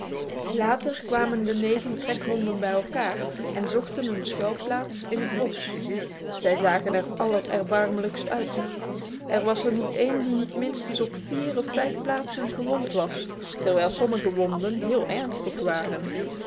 later kwamen de negen trekhonden bij elkaar en zochten een schuilplaats in het bos zij zagen er allererbarmelijkst uit er was er niet één die niet minstens op vier of vijf plaatsen gewond was terwijl sommige wonden heel ernstig waren